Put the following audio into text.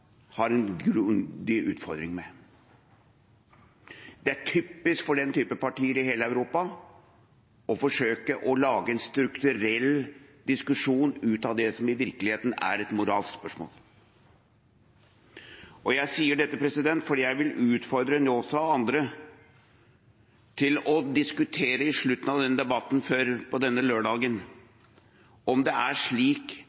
har en grundig utfordring med. Det er typisk for den type partier i hele Europa å forsøke å lage en strukturell diskusjon ut av det som i virkeligheten er et moralsk spørsmål. Jeg sier dette fordi jeg vil utfordre Njåstad og andre til mot slutten av denne debatten på denne lørdagen å diskutere om det ikke er slik